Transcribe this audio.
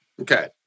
Okay